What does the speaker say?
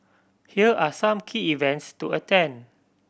here are some key events to attend